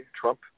Trump